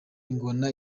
ingona